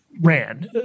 ran